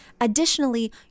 Additionally